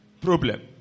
problem